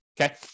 Okay